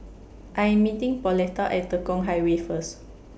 I Am meeting Pauletta At Tekong Highway First